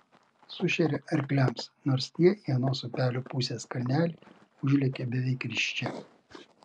sušeria arkliams nors tie į anos upelio pusės kalnelį užlekia beveik risčia